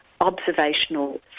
observational